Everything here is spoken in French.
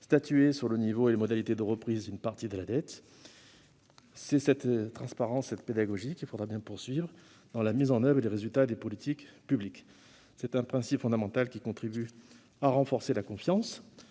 statuer sur le niveau et les modalités de reprise d'une partie de la dette ? C'est cette transparence et cette pédagogie qu'il faudra bien poursuivre dans la mise en oeuvre et dans les résultats des politiques publiques. Il s'agit d'un principe fondamental, qui contribue à renforcer la confiance